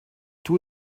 tour